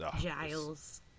Giles